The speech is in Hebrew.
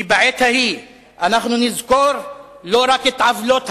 כי בעת ההיא אנחנו נזכור לא רק את עוולות הרעים,